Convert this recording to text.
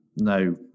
no